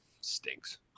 stinks